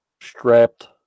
strapped